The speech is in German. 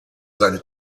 seine